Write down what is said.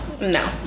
No